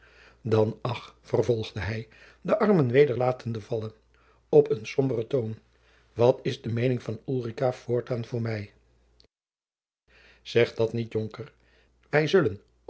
dan ach vervolgde hij de armen weder latende vallen op een somberen toon wat is de meening van ulrica voortaan voor mij zeg dat niet jonker